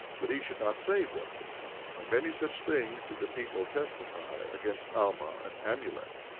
but he should not save them and many such things did the people testify against alma and amulek.